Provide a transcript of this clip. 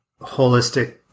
holistic